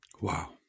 Wow